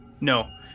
No